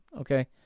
okay